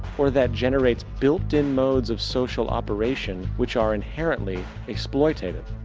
or that generates built-in modes of social operation, wich are inherently exploited?